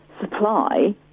supply